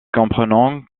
comprenant